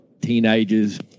teenagers